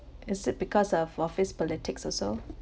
is it because of office politics also